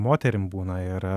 moterim būna ir